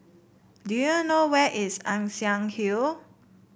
do you know where is Ann Siang Hill